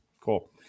Cool